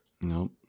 Nope